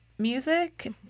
music